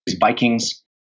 Vikings